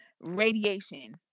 radiation